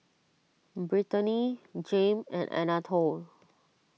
Brittani Jame and Anatole